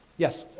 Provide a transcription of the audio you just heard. yes.